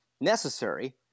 necessary